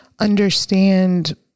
understand